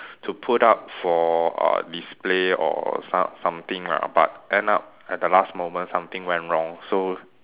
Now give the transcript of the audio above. to put up for uh display or some something lah but end up at the last moment something went wrong so